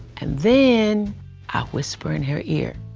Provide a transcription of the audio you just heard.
then i whisper in her ear,